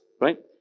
right